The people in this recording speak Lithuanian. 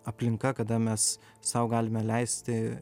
aplinka kada mes sau galime leisti